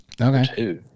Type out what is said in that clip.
Okay